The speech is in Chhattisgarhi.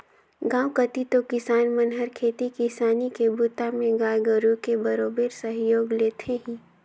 गांव कति तो किसान मन हर खेती किसानी के बूता में गाय गोरु के बरोबेर सहयोग लेथें ही